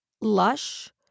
lush